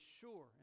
sure